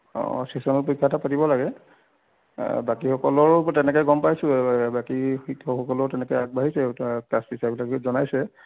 অঁ ছেছনেল পৰীক্ষা এটা পাতিব লাগে বাকীসকলৰো তেনেকৈ গম পাইছোঁ বাকী শিক্ষকসকলৰো তেনেকৈ আগবাঢ়িছে এতিয়া ক্লাছ টিছাৰবিলাকে জনাইছে